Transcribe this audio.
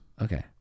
Okay